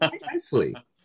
nicely